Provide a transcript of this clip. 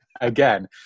again